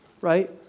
right